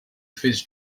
fizz